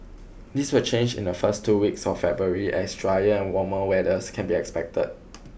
this will change in the first two weeks of February as drier and warmer weathers can be expected